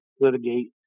Litigate